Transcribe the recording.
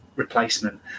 Replacement